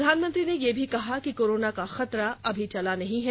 प्रधानमंत्री ने यह भी कहा कि कोरोना का खतरा अभी टला नहीं है